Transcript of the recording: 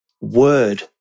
word